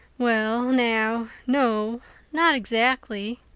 well now no not exactly,